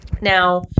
Now